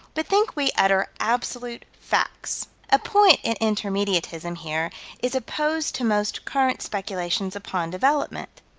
but think we utter absolute facts. a point in intermediatism here is opposed to most current speculations upon development.